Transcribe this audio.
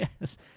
Yes